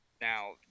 Now